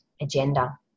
agenda